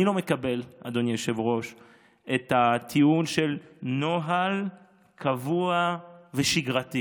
ואני לא מקבל את הטיעון של "נוהל קבוע ושגרתי",